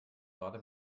gerade